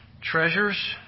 treasures